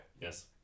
Yes